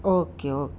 okay okay